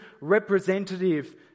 representative